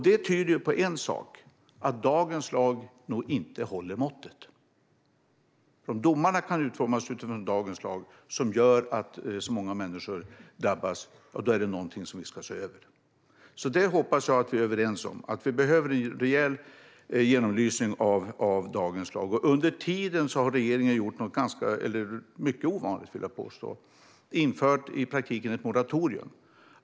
Det tyder på en sak: att dagens lag nog inte håller måttet. Om domar kan utformas utifrån dagens lag som gör att så många människor drabbas är det någonting som vi ska se över. Detta hoppas jag att vi är överens om. Vi behöver en rejäl genomlysning av dagens lag. Under tiden har regeringen gjort något som jag vill påstå är mycket ovanligt. Vi har infört vad som i praktiken är ett moratorium.